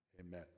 amen